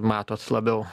matot labiau